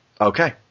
Okay